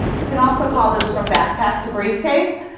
you can also call this from backpack to briefcase,